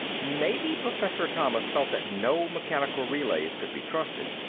maybe professor thomas felt that no mechanical relays could be trusted.